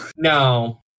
No